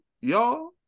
y'all